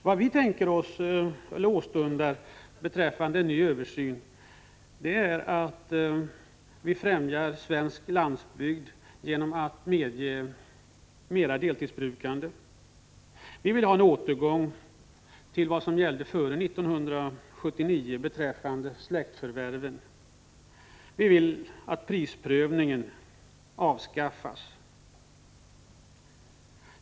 Vad vi åstundar med en ny översyn är att främja svensk landsbygd genom att medge mer deltidsbrukande. Vi vill ha en återgång till vad som gällde före 1979 beträffande släktförvärv. Vi vill att prisprövningen skall avskaffas.